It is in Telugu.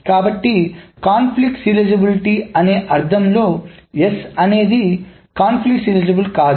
కాబట్టి సంఘర్షణ సీరియలైజేబిలిటీ అనే అర్థంలో S అనేది సంఘర్షణ సీరియలైజేబుల్ కాదు